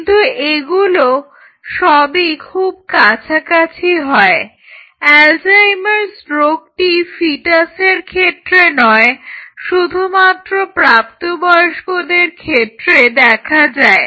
কিন্তু এগুলো সবই খুব কাছাকাছি হয় অ্যালঝাইমার্স রোগটি ফিটাসের ক্ষেত্রে নয় শুধুমাত্র প্রাপ্তবয়স্কদের ক্ষেত্রে দেখা যায়